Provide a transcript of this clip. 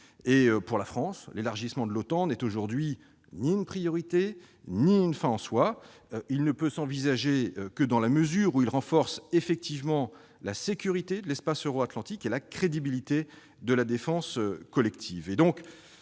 Pour la France, l'élargissement de l'OTAN n'est aujourd'hui ni une priorité ni une fin en soi. Il ne peut être envisagé que dans la mesure où il renforce effectivement la sécurité de l'espace euro-atlantique et la crédibilité de la défense collective.